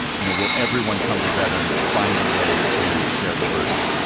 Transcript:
you know, will everyone come together and find a way to share the burden,